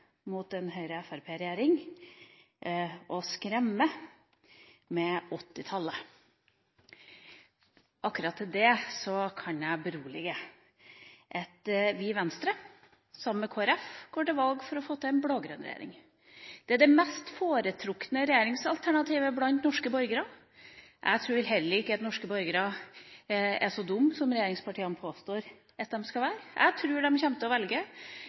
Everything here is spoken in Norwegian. mot en Høyre–Fremskrittsparti-regjering, og skremme med 1980-tallet. Akkurat til det kan jeg berolige – vi i Venstre, sammen med Kristelig Folkeparti, går til valg for å få til en blå-grønn regjering. Det er det mest foretrukne regjeringsalternativet blant norske borgere. Jeg tror heller ikke at norske borgere er så dumme som regjeringspartiene påstår at de skal være. Jeg tror de kommer til å velge